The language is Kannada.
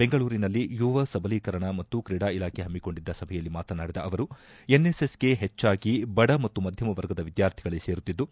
ಬೆಂಗಳೂರಿನಲ್ಲಿಂದು ಯುವ ಸಬಲೀಕರಣ ಮತ್ತು ಕ್ರೀಡಾ ಇಲಾಖೆ ಹಮ್ಮಿಕೊಂಡಿದ್ದ ಸಭೆಯಲ್ಲಿ ಮಾತನಾಡಿದ ಅವರು ಎನ್ಎಸ್ಎಸ್ಗೆ ಹೆಚ್ಚಾಗಿ ಬಡ ಮತ್ತು ಮಧ್ಯಮ ವರ್ಗದ ವಿದ್ಕಾರ್ಥಿಗಳೇ ಸೇರುತ್ತಿದ್ದು